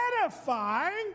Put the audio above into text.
edifying